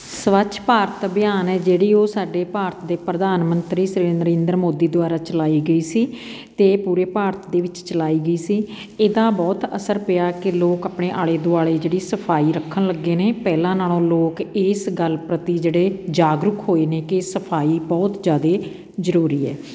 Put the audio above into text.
ਸਵੱਛ ਭਾਰਤ ਅਭਿਆਨ ਹੈ ਜਿਹੜੀ ਉਹ ਸਾਡੇ ਭਾਰਤ ਦੇ ਪ੍ਰਧਾਨ ਮੰਤਰੀ ਸ੍ਰੀ ਨਰਿੰਦਰ ਮੋਦੀ ਦੁਆਰਾ ਚਲਾਈ ਗਈ ਸੀ ਅਤੇ ਇਹ ਪੂਰੇ ਭਾਰਤ ਦੇ ਵਿੱਚ ਚਲਾਈ ਗਈ ਸੀ ਇਹਦਾ ਬਹੁਤ ਅਸਰ ਪਿਆ ਕਿ ਲੋਕ ਆਪਣੇ ਆਲੇ ਦੁਆਲੇ ਜਿਹੜੀ ਸਫਾਈ ਰੱਖਣ ਲੱਗੇ ਨੇ ਪਹਿਲਾਂ ਨਾਲੋਂ ਲੋਕ ਇਸ ਗੱਲ ਪ੍ਰਤੀ ਜਿਹੜੇ ਜਾਗਰੂਕ ਹੋਏ ਨੇ ਕਿ ਸਫਾਈ ਬਹੁਤ ਜ਼ਿਆਦਾ ਜ਼ਰੂਰੀ ਹੈ